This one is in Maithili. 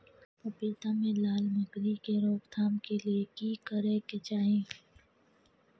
पपीता मे लाल मकरी के रोक थाम के लिये की करै के चाही?